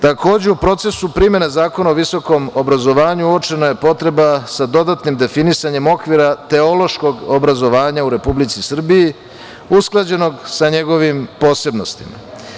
Takođe, u procesu primene Zakona o visokom obrazovanju uočena je potreba sa dodatnim definisanjem okvira teološkog obrazovanja u Republici Srbiji usklađenog sa njegovim posebnostima.